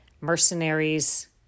mercenaries